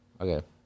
Okay